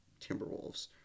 Timberwolves